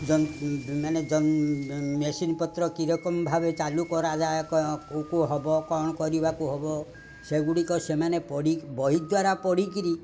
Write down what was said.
ମାନେ ମେସିନ୍ ପତ୍ର କି ରକମ ଭାବେ ଚାଲୁ କରାଯାଏ କେଉଁ କେଉଁ ହବ କ'ଣ କରିବାକୁ ହବ ସେଗୁଡ଼ିକ ସେମାନେ ପଢ଼ି ବହି ଦ୍ୱାରା ପଢ଼ିକିରି